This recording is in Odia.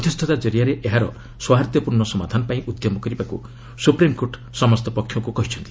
ମଧ୍ୟସ୍ଥତା ଜରିଆରେ ଏହାର ସୌହାର୍ଦ୍ଧ୍ୟପୂର୍ଣ୍ଣ ସମାଧାନ ପାଇଁ ଉଦ୍ୟମ କରିବାକୁ ସୁପ୍ରିମ୍କୋର୍ଟ ଉଭୟ ପକ୍ଷଙ୍କୁ କହିଛନ୍ତି